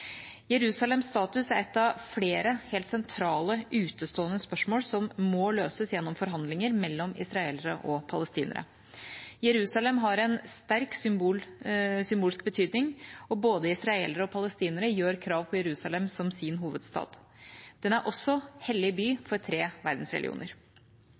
Jerusalems status er et av flere helt sentrale, utestående spørsmål som må løses gjennom forhandlinger mellom israelere og palestinere. Jerusalem har en sterk symbolsk betydning, og både israelere og palestinere gjør krav på Jerusalem som sin hovedstad. Den er også hellig